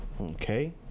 Okay